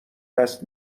دست